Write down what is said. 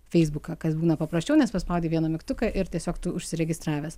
feisbuką kas būna paprasčiau nes paspaudi vieną mygtuką ir tiesiog tu užsiregistravęs